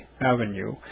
Avenue